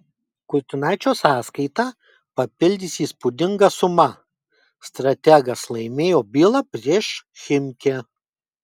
kurtinaičio sąskaitą papildys įspūdinga suma strategas laimėjo bylą prieš chimki